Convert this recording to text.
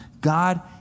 God